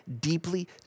deeply